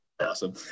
Awesome